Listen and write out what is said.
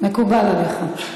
מקובל עליך.